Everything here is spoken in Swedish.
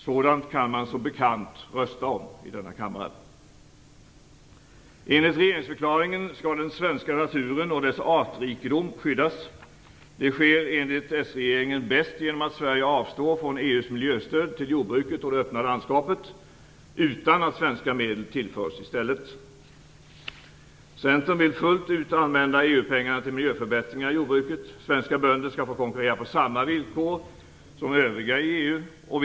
Sådant här kan man som bekant rösta om i denna kammare. Enligt regeringsförklaringen skall den svenska naturen och dess artrikedom skyddas. Det sker enligt s-regeringen bäst genom att Sverige avstår från EU:s miljöstöd till jordbruket och det öppna landskapet - utan att svenska medel tillförs i stället. Centern vill fullt ut använda EU-pengarna till miljöförbättringar i jordbruket. Svenska bönder skall få konkurrera på samma villkor som övriga bönder i EU.